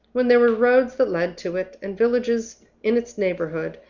when there were roads that led to it, and villages in its neighborhood,